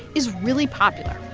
is really popular.